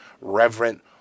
reverent